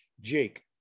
Jake